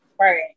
Right